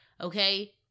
okay